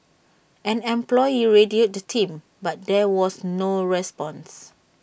an employee radioed the team but there was no response